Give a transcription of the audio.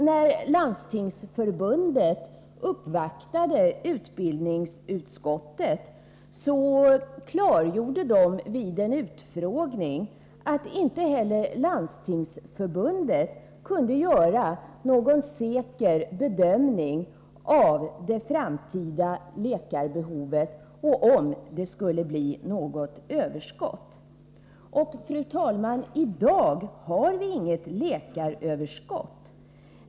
När Landstingsförbundet uppvaktade utbildningsutskottet, klargjordes vid en utfrågning att inte heller Landstingsförbundet kunde göra någon som helst bedömning av det framtida läkarbehovet och om det skulle bli något överskott. I dag, fru talman, finns inget läkaröverskott.